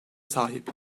sahip